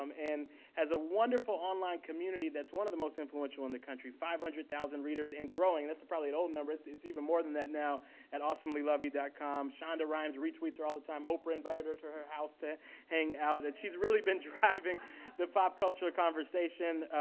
um and has a wonderful online community that's one of the most influential in the country five hundred thousand readers and growing. that's probably an old number. it's it's even more than that now at awesomelyluvvie com. shonda rhimes retweets her all the time. oprah invited her to her house to hang out. and she's really been driving the pop culture conversation,